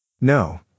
No